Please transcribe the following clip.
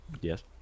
yes